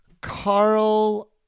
Carl –